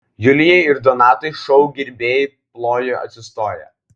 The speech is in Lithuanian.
julijai ir donatui šou gerbėjai plojo atsistoję